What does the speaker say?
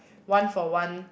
one for one